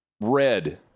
red